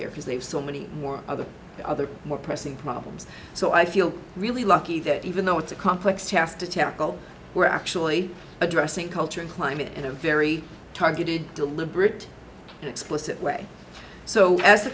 there because they have so many more other other more pressing problems so i feel really lucky that even though it's a complex task to tackle we're actually addressing culture and climate in a very targeted deliberate and explicit way so as a